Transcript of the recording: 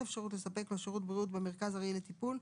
אפשרות לספק לו שירות בריאות במרכז ארעי לטיפול,